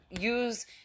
use